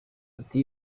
ati